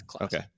Okay